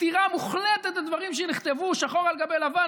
סתירה מוחלטת לדברים שנכתבו שחור על גבי לבן